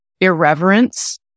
irreverence